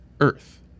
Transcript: Earth